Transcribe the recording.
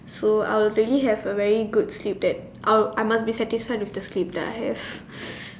so I would really have a very good sleep that I will I must be satisfied with the sleep that I have